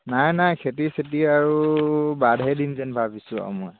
নাই নাই খেতি চেতি আৰু বাদহে দিম যে ভাবিছোঁ আৰু মই